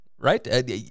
Right